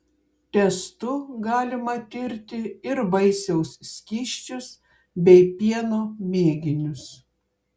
testu galima tirti ir vaisiaus skysčius bei pieno mėginius